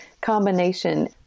combination